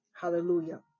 hallelujah